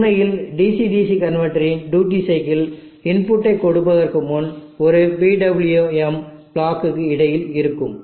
ஆனால் உண்மையில் DC DC converter இன் டியூட்டி சைக்கிள் இன்புட்டை கொடுப்பதற்கு முன்பு ஒரு PWM பிளாக்கு இடையில் இருக்கும்